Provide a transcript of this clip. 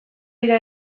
dira